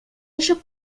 ellos